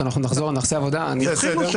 נעשה עבודה, נחזור.